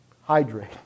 Hydrate